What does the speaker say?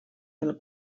del